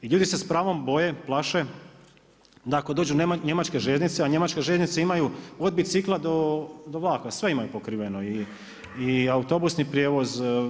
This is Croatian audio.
I ljudi se s pravom boje, plaše da ako dođu njemačke željeznice, a njemačke željeznice imaju od bicikla do vlaka, sve imaju pokriveno i autobusni prijevoz.